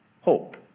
hope